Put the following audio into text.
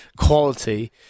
quality